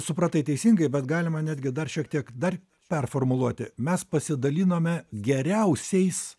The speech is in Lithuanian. supratai teisingai bet galima netgi dar šiek tiek dar performuluoti mes pasidalinome geriausiais